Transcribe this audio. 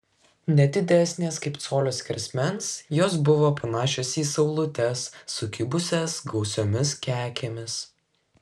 ne didesnės kaip colio skersmens jos buvo panašios į saulutes sukibusias gausiomis kekėmis